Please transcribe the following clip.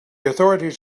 authorities